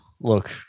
look